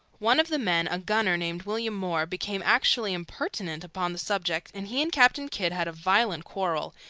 one of the men, a gunner, named william moore, became actually impertinent upon the subject, and he and captain kidd had a violent quarrel,